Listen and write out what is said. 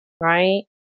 right